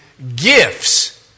Gifts